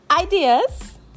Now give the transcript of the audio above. ideas